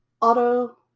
auto